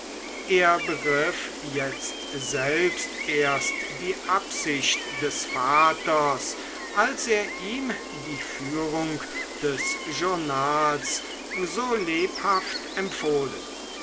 er begriff jetzt selbst erst die absicht des vaters als er ihm die führung des journals so lebhaft empfohlen